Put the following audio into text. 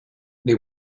they